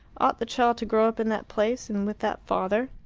ought the child to grow up in that place and with that father?